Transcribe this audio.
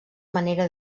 manera